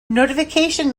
notification